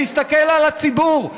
להסתכל על הציבור,